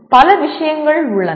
இதில் பல விஷயங்கள் உள்ளன